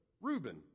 Reuben